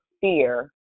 fear